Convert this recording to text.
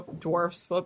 dwarfs